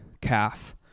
calf